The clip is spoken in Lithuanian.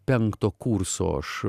penkto kurso aš